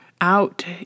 out